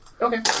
Okay